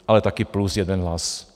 Ale také plus jeden hlas.